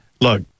look